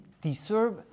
deserve